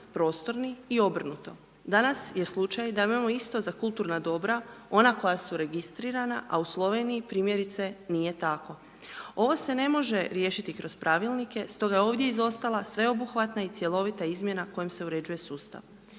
prostorni i obrnuto. Danas je slučaj da imamo isto za kulturna dobra, ona koja su registrirana a u Sloveniji primjerice nije tako. Ovo se ne može riješiti kroz pravilnike stoga je ovdje izostala sveobuhvatna i cjelovita izmjena kojom se uređuje sustav.